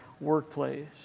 workplace